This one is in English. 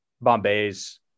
Bombay's